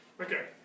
Okay